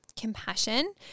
compassion